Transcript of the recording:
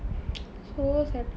so sad